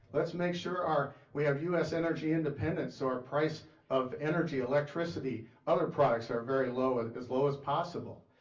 let's make sure our, we have u s. energy independence. so our price of energy, electricity, other products are very low, ah as low as possible.